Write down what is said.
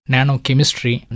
Nanochemistry